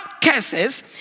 cases